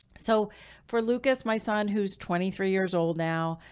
so for lucas, my son who's twenty three years old now,